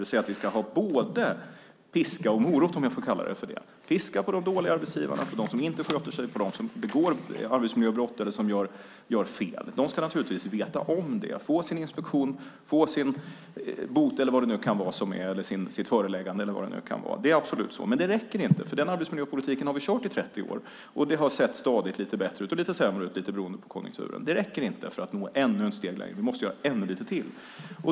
Vi ska ha både piska och morot, om jag får kalla det för det. Piska på de dåliga arbetsgivarna, på dem som inte sköter sig, som begår arbetsmiljöbrott eller som gör fel. De ska naturligtvis veta om det. De ska få sin inspektion, få sin bot, sitt föreläggande eller vad det kan vara. Det är absolut så. Men det räcker inte, för den arbetsmiljöpolitiken har vi kört i 30 år och det har stadigt sett lite bättre ut och lite sämre ut, lite beroende på konjunkturen. Det räcker inte för att nå ett steg längre. Vi måste göra ännu lite till.